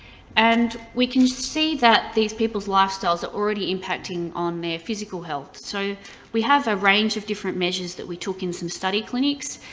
and we can see that these peoples' lifestyles are already impacting on their physical health. so we have a range of different measures that we took in some study clinics.